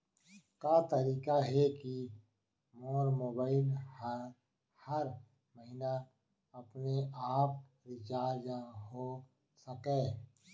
का तरीका हे कि मोर मोबाइल ह हर महीना अपने आप रिचार्ज हो सकय?